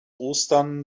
ostern